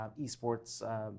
esports